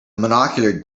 monocular